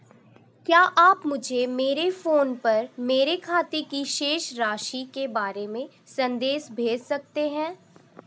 क्या आप मुझे मेरे फ़ोन पर मेरे खाते की शेष राशि के बारे में संदेश भेज सकते हैं?